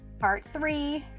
part three.